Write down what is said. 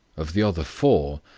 of the other four,